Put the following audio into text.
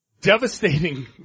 devastating